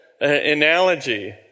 analogy